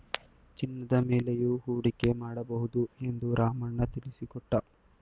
ಚಿನ್ನದ ಮೇಲೆಯೂ ಹೂಡಿಕೆ ಮಾಡಬಹುದು ಎಂದು ರಾಮಣ್ಣ ತಿಳಿಸಿಕೊಟ್ಟ